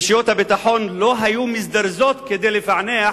רשויות הביטחון לא היו מזדרזות לפענח